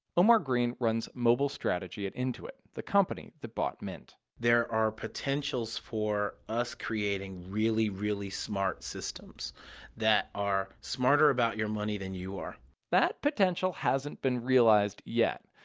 omar green runs mobile strategy at intuit, the company that bought mint there are potentials for us creating really really smart systems that are smarter about your money than you are that potential that haven't been realized yet.